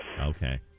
Okay